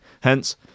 Hence